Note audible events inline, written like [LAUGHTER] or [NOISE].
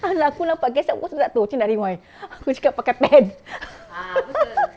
ah anak aku nampak cassette what's juga tu macam mana nak rewind aku cakap pakai pen [LAUGHS]